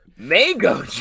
Mango